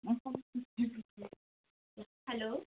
hello